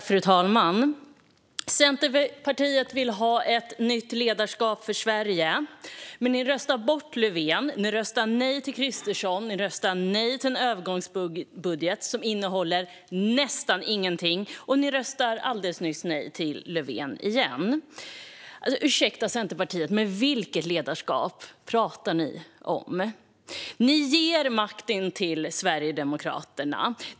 Fru talman! Centerpartiet vill ha ett nytt ledarskap för Sverige. Men ni röstade bort Löfven, ni röstade nej till Kristersson, ni röstade nej till en övergångsbudget som innehöll nästan ingenting och ni röstade alldeles nyss nej till Löfven igen. Ursäkta, Centerpartiet, men vilket ledarskap pratar ni om? Ni ger makten till Sverigedemokraterna.